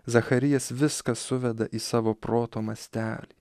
zacharijas viską suveda į savo proto mastelį